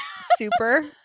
super